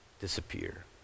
disappear